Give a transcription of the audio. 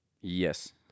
Yes